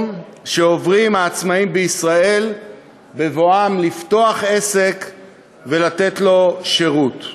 שעוברים העצמאים בישראל בבואם לפתוח עסק ולתת בו שירות.